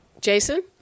Jason